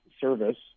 service